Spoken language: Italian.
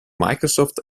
microsoft